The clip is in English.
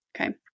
Okay